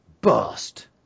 Bust